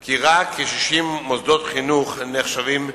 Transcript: כי רק כ-60 מוסדות חינוך נחשבים מעורבים,